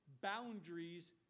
boundaries